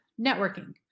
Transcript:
networking